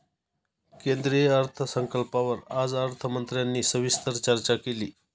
केंद्रीय अर्थसंकल्पावर आज अर्थमंत्र्यांनी सविस्तर चर्चा केली